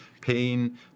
pain